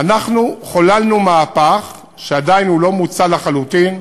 חוללנו מהפך, שעדיין לא מוצה לחלוטין,